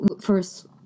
first